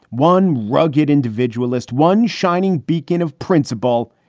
one rugged individualist, one shining beacon of principle,